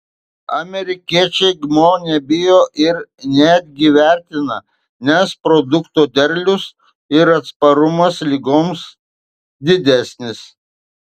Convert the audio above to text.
amerikiečiai gmo nebijo ir netgi vertina nes produkto derlius ir atsparumas ligoms didesnis